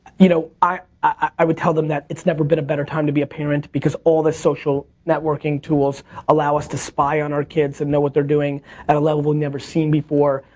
you know, i i would tell them that it's never been a better time to be a parent because all the social networking tools allow us to spy on our kids and know what they're doing at a level we've never seen before.